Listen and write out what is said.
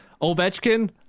Ovechkin